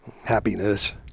happiness